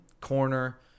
corner